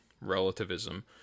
relativism